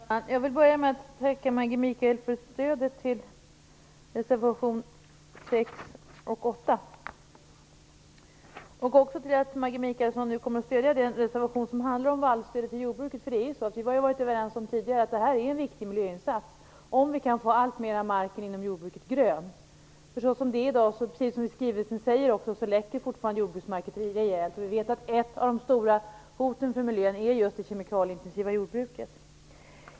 Herr talman! Jag vill börja med att tacka Maggi Mikaelsson för stödet till reservationerna 6 och 8. Jag vill också tacka Maggi Mikaelsson för att hon nu tänker stödja den reservation som handlar om vallstöd till jordbruket. Det vore en viktig miljöinsats, det har vi varit överens om tidigare, om vi kunde få mer av marken inom jordbruket grön. Så som det är i dag läcker ju, precis som vi säger i skrivelsen, jordbruksmarken fortfarande rejält. Vi vet att ett av de stora hoten mot miljön just är det kemikalieintensiva jordbruket.